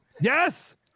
Yes